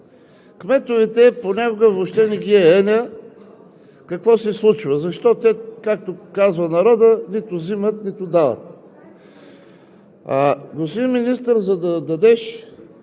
Кметовете понякога въобще не ги е еня какво се случва, защото те, както казва народът, нито вземат, нито дават. Господин Министър, за да дадеш